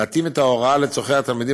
להתאים את ההוראה לצורכי התלמידים